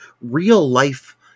real-life